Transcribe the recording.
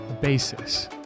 basis